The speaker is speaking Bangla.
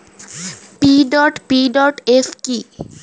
পি.পি.এফ কি?